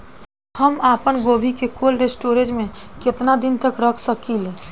हम आपनगोभि के कोल्ड स्टोरेजऽ में केतना दिन तक रख सकिले?